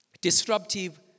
Disruptive